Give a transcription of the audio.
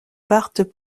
partent